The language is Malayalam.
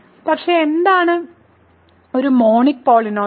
അപ്പോൾ എന്താണ് ഒരു മോണിക് പോളിനോമിയൽ